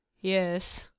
Yes